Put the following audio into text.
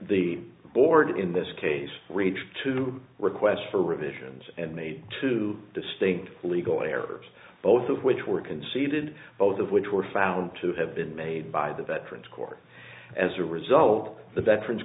the board in this case reached two requests for revisions and made two distinct legal errors both of which were conceded both of which were found to have been made by the veterans court as a result of the veterans